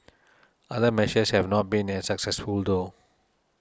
other measures have not been as successful though